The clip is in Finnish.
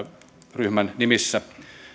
ryhmän nimissä